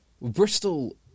Bristol